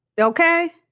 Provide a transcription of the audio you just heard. Okay